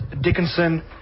Dickinson